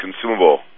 consumable